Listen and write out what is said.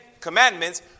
commandments